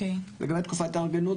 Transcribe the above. לגבי תקופת ההתארגנות,